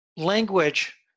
Language